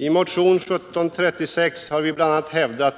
I motion nr 1736 har vi bl.a. hävdat